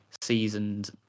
seasoned